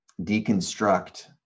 deconstruct